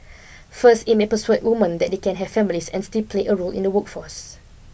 first it may persuade women that they can have families and still play a role in the workforce